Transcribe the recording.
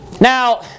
Now